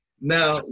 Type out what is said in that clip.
Now